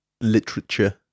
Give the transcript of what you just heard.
literature